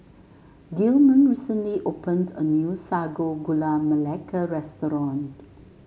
Gilman recently opened a new Sago Gula Melaka restaurant